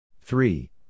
Three